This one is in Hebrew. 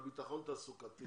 על ביטחון תעסוקתי.